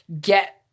get